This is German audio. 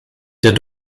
der